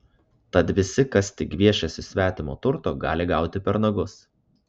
tad visi kas tik gviešiasi svetimo turto gali gauti per nagus